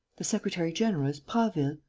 the secretary-general is prasville.